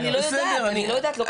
אני לא יודעת, לא כתוב כאן.